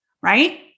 right